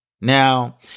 Now